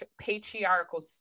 patriarchal